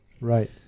Right